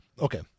Okay